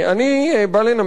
אני בא לנמק,